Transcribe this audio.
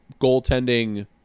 goaltending